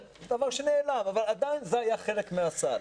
דבר שנעלם אבל זה היה חלק מהסל.